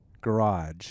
garage